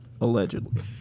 Allegedly